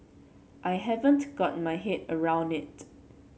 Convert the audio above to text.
I haven't got my head around it